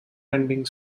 ending